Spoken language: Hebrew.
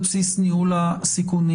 על בסיס ניהול הסיכונים".